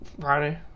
Friday